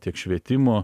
tiek švietimo